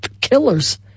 killers